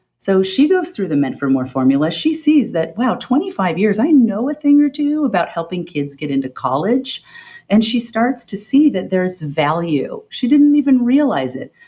so, she goes through the meant for more formula, she sees that, wow, twenty five years, i know a thing or two about helping kids get into college and she starts to see that there is value. she didn't even realize it.